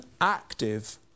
active